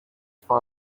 for